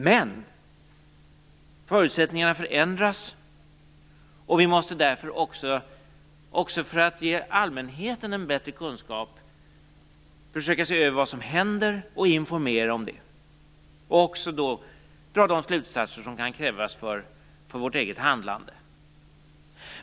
Men förutsättningarna förändras. Vi måste därför också för att ge allmänheten en bättre kunskap försöka se över vad som händer och informera om det samt även dra de slutsatser som kan krävas för vårt eget handlande.